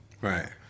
Right